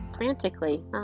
frantically